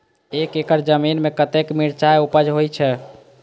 एक एकड़ जमीन में कतेक मिरचाय उपज होई छै?